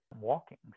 walking